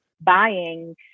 buying